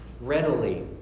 readily